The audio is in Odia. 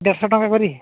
ଦେଢ଼ଶହ ଟଙ୍କା କରିକି